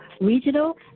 regional